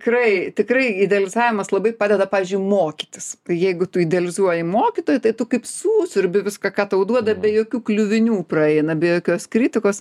tikrai tikrai idealizavimas labai padeda pavyzdžiui mokytis jeigu tu idealizuoji mokytoją tai tu kaip susiurbi viską ką tau duoda be jokių kliuvinių praeina be jokios kritikos